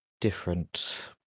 different